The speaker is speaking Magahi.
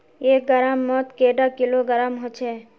एक ग्राम मौत कैडा किलोग्राम होचे?